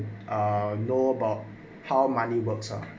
ah know about how money works ah